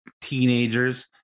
teenagers